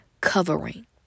covering